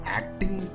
acting